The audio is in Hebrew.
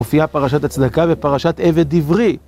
הופיעה פרשת הצדקה ופרשת עבד עברי.